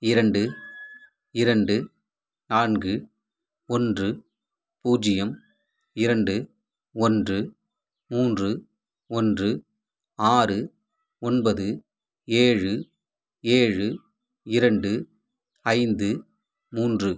இரண்டு இரண்டு நான்கு ஒன்று பூஜ்ஜியம் இரண்டு ஒன்று மூன்று ஒன்று ஆறு ஒன்பது ஏழு ஏழு இரண்டு ஐந்து மூன்று